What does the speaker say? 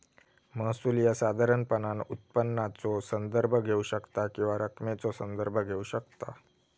महसूल ह्या साधारणपणान उत्पन्नाचो संदर्भ घेऊ शकता किंवा त्या रकमेचा संदर्भ घेऊ शकता